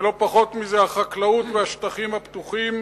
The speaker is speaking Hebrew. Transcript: ולא פחות מזה החקלאות והשטחים הפתוחים